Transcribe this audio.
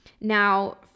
Now